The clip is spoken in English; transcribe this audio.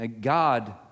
God